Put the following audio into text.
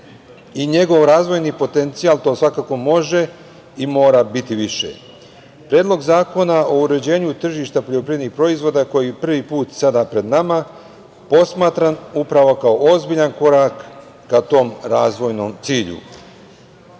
i njegov razvojni potencijal, to svakako može i mora biti više. Predlog zakona o uređenju tržišta poljoprivrednih proizvoda koji je prvi put sada pred nama, posmatran je upravo kao ozbiljan korak ka tom razvojnom cilju. Značaj